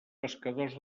pescadors